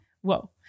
whoa